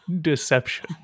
Deception